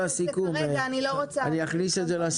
כרגע אני לא רוצה לתת את הנתונים,